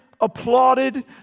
applauded